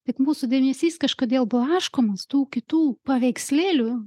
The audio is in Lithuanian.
tik mūsų dėmesys kažkodėl blaškomas tų kitų paveikslėlių